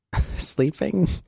Sleeping